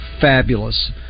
fabulous